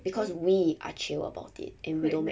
because we are chill about it and we don't